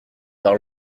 par